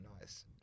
nice